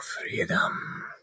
Freedom